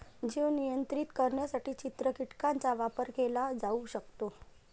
जीव नियंत्रित करण्यासाठी चित्र कीटकांचा वापर केला जाऊ शकतो